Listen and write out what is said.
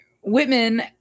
Whitman